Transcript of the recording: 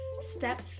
Step